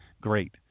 great